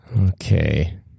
Okay